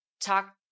talk